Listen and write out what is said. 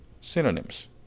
synonyms